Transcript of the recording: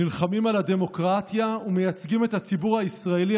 נלחמים על הדמוקרטיה ומייצגים את הציבור הישראלי,